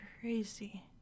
crazy